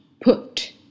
put